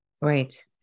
Right